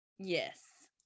Yes